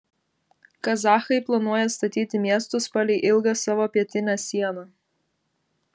kazachai planuoja statyti miestus palei ilgą savo pietinę sieną